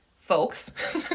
folks